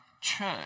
church